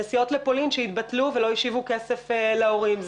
הנסיעות לפולין שהתבטלו ולא השיבו כסף להורים.